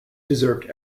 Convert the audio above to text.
deserved